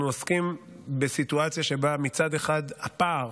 אנחנו עוסקים בסיטואציה שבה מצד אחד הפער